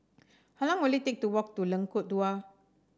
how long will it take to walk to Lengkok Dua